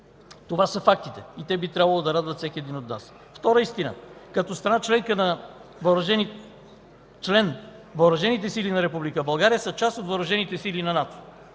Това са фактите и те би трябвало да радват всеки един от нас. Втора истина: като страна член, Въоръжените сили на Република България са част Въоръжените сили на НАТО.